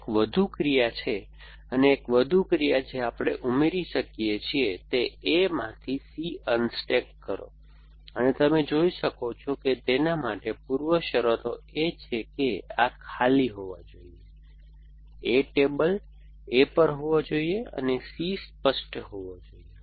તે એક વધુ ક્રિયા છે અને એક વધુ ક્રિયા જે આપણે ઉમેરી શકીએ છીએ તે A માંથી C અનસ્ટૅક કરો અને તમે જોઈ શકો છો કે તેના માટે પૂર્વશરતો એ છે કે આ ખાલી હોવો જોઈએ A ટેબલ A પર હોવો જોઈએ અને C સ્પષ્ટ હોવો જોઈએ